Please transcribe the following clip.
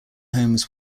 homes